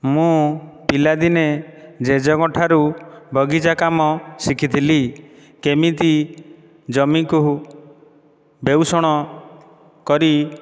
ମୁଁ ପିଲାଦିନେ ଜେଜେଙ୍କଠାରୁ ବଗିଚା କାମ ଶିଖିଥିଲି କେମିତି ଜମିକୁ ବେଉଷଣ କରି